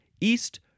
East